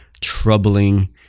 troubling